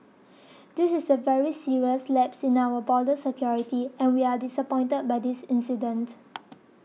this is a very serious lapse in our border security and we are disappointed by this incident